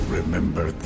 Remember